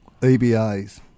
EBAs